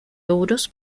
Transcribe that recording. euros